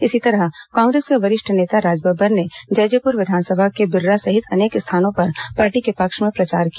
इसी तरह कांग्रेस के वरेंष्ठ नेता राज बब्बर जैजैपुर विधानसभा के बिर्रा सहित अनेक स्थानों पर पार्टी के पक्ष में प्रचार किया